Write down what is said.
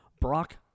Brock